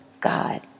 God